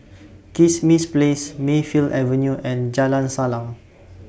Kismis Place Mayfield Avenue and Jalan Salang